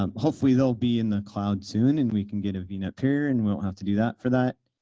um hopefully they'll be in the cloud soon and we can get a vnet pair and we won't have to do that for that.